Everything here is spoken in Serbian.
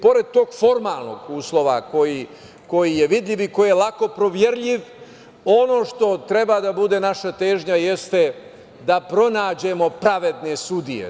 Pored tog formalnog uslova koji je vidljiv i koji je lako proverljiv, ono što treba da bude naša težnja jeste da pronađemo pravedne sudije.